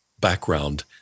background